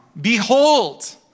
Behold